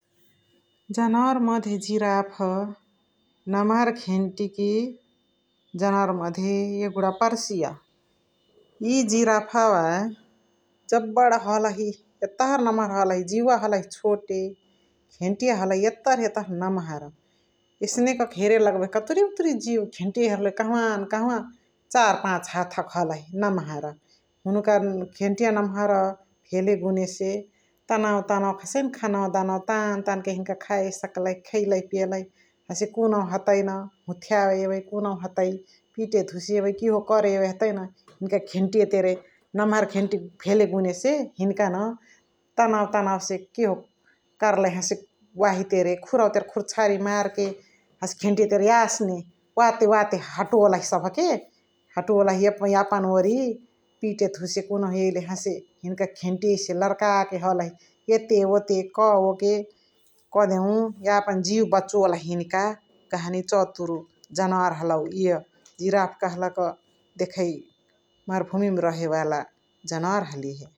जनावर मधे गिराफ्फे नमहर घेन्तिकी जनावर मधे यगुडा पर्सिय । इ गिरफवा जबड हलहि, यतहर नम्हर हलही जिउव हलही छोते घेन्तिकी हलही यतहर नम्हर एसने कह के हेरेलग्बही कतुरी उतुरी जिउ घेन्तिकी हेरेले कहवान कहवा चार पाच हाथ क हलही नेम्हार । हुनुकर घेन्तिकिया नेम्हार भेले गुने से तनौ तनौ हसै न खानवा दनवा तान तान के हुनिका खाय सक्लही खैलही पियलही । हसे कुनुहु हतै न हुथियावे यवै, कुनुहु हतै पिते धुसे यवै किहो करे यवै हतै न हिनिका घेन्तिया तेने नेम्हार घेन्तिकी भेले गुने से हिनिका न तनौ तनौ से किहो कर्लही वाही केरे खुरवा केरे कुरचरी मर के हसे घेन्तिया तेने यास्ने वाते वाते हतोलही सभ के हतोलही यापन ओरि पिते धुसे कुनुहु यैले हिनिका घेन्तिया लर्का के हलही एत्व वोते कओ के कहदेउ यापन जिउ बचोलही हिनिका गहनी चतुरु जनवोर हलौ इय गिराफ्फे कहलक देखै मार भुमिमा रहे वाला जनवोर हलिहे ।